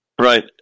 Right